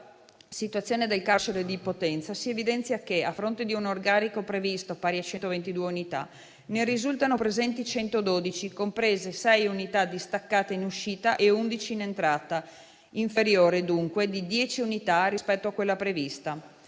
situazione del carcere di Potenza, si evidenzia che, a fronte di un organico previsto pari a 122 unità, ne risultano presenti 112, comprese sei distaccate in uscita e undici in entrata, inferiore dunque di dieci unità rispetto a quella prevista.